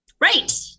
Right